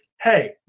hey